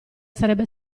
sarebbe